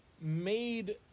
made